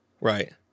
Right